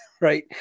Right